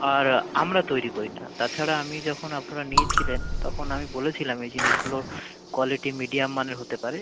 আর আমরা তৈরি করি না তাছাড়া আমি যখন আপনারা নিয়েছিলেন তখন আমি বলেছিলাম এই জিনিসগুলোর কোয়ালিটি মিডিয়াম মানের হতে পারে